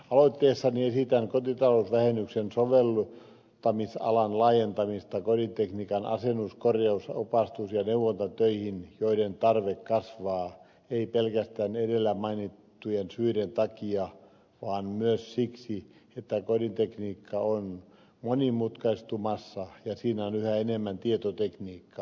aloitteessani esitän kotitalousvähennyksen soveltamisalan laajentamista kodintekniikan asennus korjaus opastus ja neuvontatöihin joiden tarve kasvaa ei pelkästään edellä mainittujen syiden takia vaan myös siksi että kodintekniikka on monimutkaistumassa ja siinä on yhä enemmän tietotekniikkaa